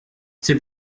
c’est